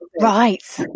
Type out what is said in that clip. Right